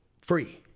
free